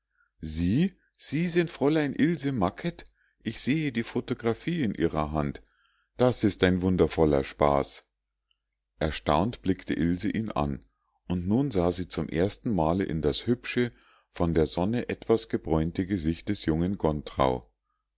sie sie sind fräulein ilse macket ich sehe die photographie in ihrer hand das ist ein wundervoller spaß erstaunt blickte ilse ihn an und nun sah sie zum ersten male in das hübsche von der sonne etwas gebräunte gesicht des jungen